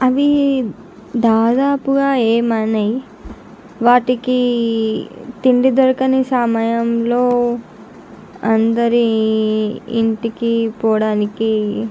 అవి దాదాపుగా ఏమి అనవు వాటికి తిండి దొరకని సమయంలో అందరి ఇంటికి పోవడానికి